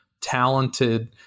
talented